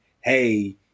hey